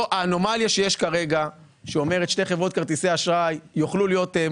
יכול להיות שנימצא במצב שבו שתי החברות הללו יירכשו על ידי גופים